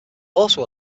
also